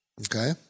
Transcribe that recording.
okay